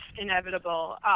inevitable